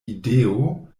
ideo